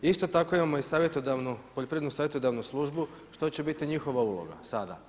Isto tako imamo savjetodavnu, poljoprivrednu savjetodavnu službu, što će biti njihova uloga sada?